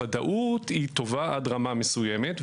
ודאות היא טובה עד רמה מסוימת,